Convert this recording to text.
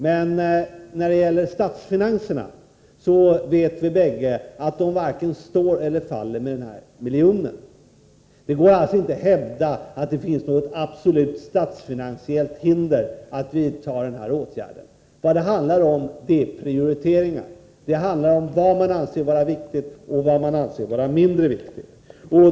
Men när det gäller statsfinanserna vet vi båda att de varken står eller faller med denna miljon. Det går alltså inte att hävda att det finns något absolut statsfinansiellt hinder att vidta denna åtgärd. Vad det handlar om är prioriteringar. Det handlar om vad man anser vara viktigt och vad man anser vara mindre viktigt.